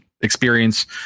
experience